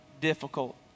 difficult